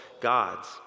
gods